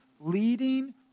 leading